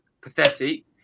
pathetic